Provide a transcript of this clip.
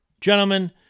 gentlemen